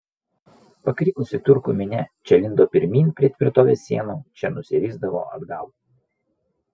pakrikusi turkų minia čia lindo pirmyn prie tvirtovės sienų čia nusirisdavo atgal